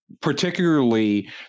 particularly